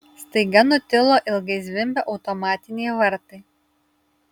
staiga nutilo ilgai zvimbę automatiniai vartai